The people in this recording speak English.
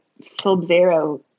sub-zero